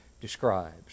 describes